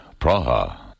Praha